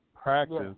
Practice